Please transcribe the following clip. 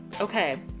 okay